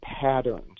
patterns